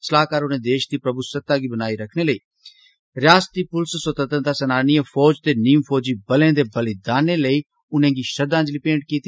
सलाहकार होरें देश दी प्रभुसत्ता गी बनाई रक्खने लेई रियासती पुलस स्वतंत्रता सेनानिएं फौज ते नीम फौजी बलें दे बलिदानें लेई उनेंगी श्रद्वांजलि मेंट कीती